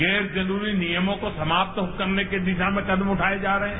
गैर जरूरी नियमों को समाप्त करने की दिशा में कदम उठाये जा रहे हैं